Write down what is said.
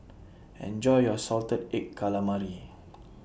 Enjoy your Salted Egg Calamari